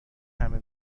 همه